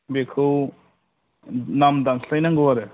बेखौ नाम दानस्लायनांगौ आरो